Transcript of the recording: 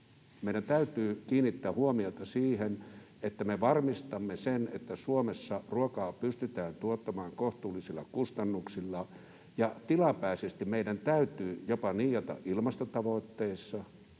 meidän täytyy kiinnittää huomiota siihen, että me varmistamme, että Suomessa ruokaa pystytään tuottamaan kohtuullisilla kustannuksilla. Tilapäisesti meidän täytyy jopa niiata ilmastotavoitteissa